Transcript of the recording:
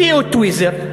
הביאו את טוויזר,